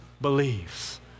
believes